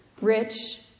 rich